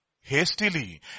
hastily